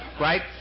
right